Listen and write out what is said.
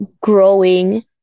growing